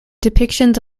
depictions